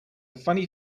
funny